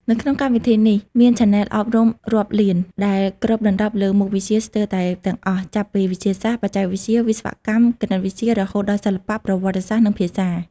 នៅក្នុងកម្មវិធីនេះមានឆានែលអប់រំរាប់លានដែលគ្របដណ្តប់លើមុខវិជ្ជាស្ទើរតែទាំងអស់ ចាប់ពីវិទ្យាសាស្ត្រ បច្ចេកវិទ្យា វិស្វកម្ម គណិតវិទ្យា រហូតដល់សិល្បៈ ប្រវត្តិសាស្ត្រ និងភាសា។